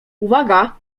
uwaga